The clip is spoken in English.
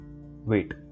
wait